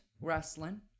wrestling